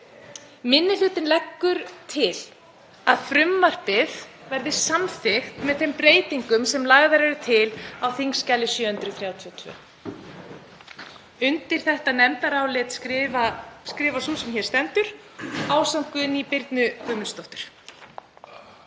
Minni hlutinn leggur til að frumvarpið verði samþykkt með þeim breytingum sem lagðar eru til á þskj. 732. Undir þetta nefndarálit skrifar sú sem hér stendur ásamt Guðnýju Birnu Guðmundsdóttur.